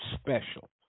special